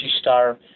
Star